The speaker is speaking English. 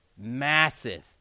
Massive